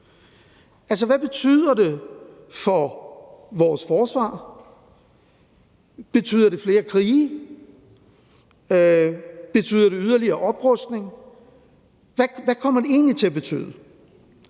Altså, hvad betyder det for vores forsvar? Betyder det flere krige? Betyder det yderligere oprustning? Hvad kommer det egentlig til at betyde?